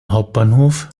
hauptbahnhof